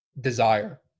Desire